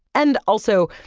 and also,